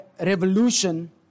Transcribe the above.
revolution